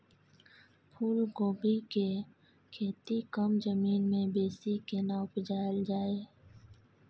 फूलकोबी के खेती कम जमीन मे बेसी केना उपजायल जाय?